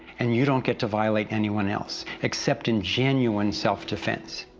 and you don't get to violate anyone else, except in genuine self-defense.